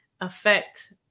affect